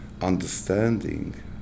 understanding